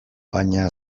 baina